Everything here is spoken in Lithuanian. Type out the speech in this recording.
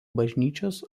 bažnyčios